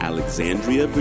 Alexandria